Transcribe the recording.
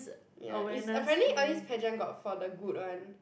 ya is apparently all these pageant got for the good one